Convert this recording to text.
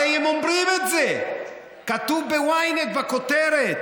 הרי הם אומרים את זה, כתוב ב-ynet בכותרת.